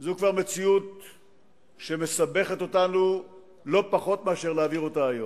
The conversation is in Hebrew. זו כבר מציאות שמסבכת אותנו לא פחות מאשר להעביר אותה היום.